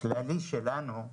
כללי שלנו,